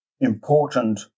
important